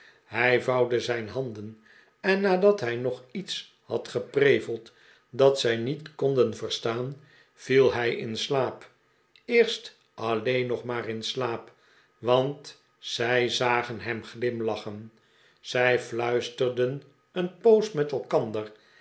hij vouwde zijn handen en nadat hij nog iets had gepreveld dat zij niet konden verstaan viel hij in slaap eerst alleen nog maar in slaap i want zij zagen hem glimlachen zij fluisterden een poos met elkander